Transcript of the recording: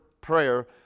prayer